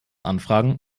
anfragen